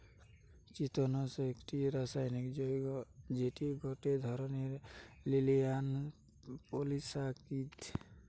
চিতোষণ একটি রাসায়নিক যৌগ্য যেটি গটে ধরণের লিনিয়ার পলিসাকারীদ